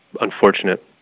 unfortunate